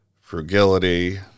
frugality